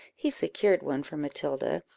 he secured one for matilda,